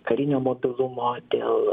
karinio mobilumo dėl